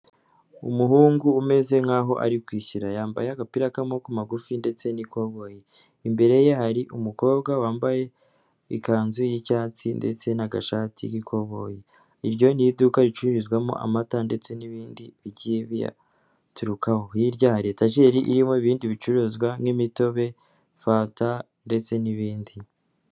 Umuhungu umeze nk'aho ari kwishyura yambaye agapira k'amabokoko magufi ndetse n'ikoboyi, imbere ye hari umukobwa wambaye ikanzu y'icyatsi ndetse na gashati k'ikoboyi, iryo ni iduka ricururizwamo amata ndetse n'ibindi bigiye biyaturukaho, hirya hari etajeri irimo ibindi bicuruzwa nk'imitobe, fanta ndetse n'ibindi.